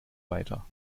weiter